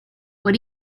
what